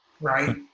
right